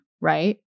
right